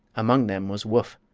among them was woof,